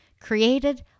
created